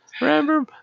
Remember